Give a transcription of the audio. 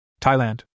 Thailand